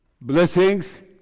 Blessings